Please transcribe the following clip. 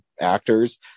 actors